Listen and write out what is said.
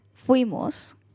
Fuimos